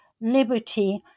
liberty